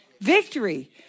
victory